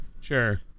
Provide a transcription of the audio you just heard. Sure